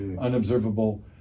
unobservable